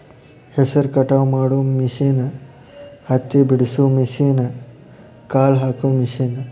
ಹೆಸರ ಕಟಾವ ಮಾಡು ಮಿಷನ್ ಹತ್ತಿ ಬಿಡಸು ಮಿಷನ್, ಕಾಳ ಹಾಕು ಮಿಷನ್